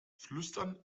flüstern